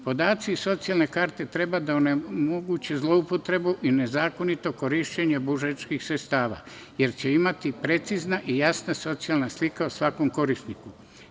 Podaci iz socijalne karte treba da onemoguće zloupotrebu i nezakonito korišćenje budžetskih sredstava, jer će postojati precizna i jasna socijalna slika o svakom korisniku.